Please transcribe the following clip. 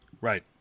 right